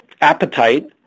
appetite